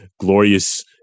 glorious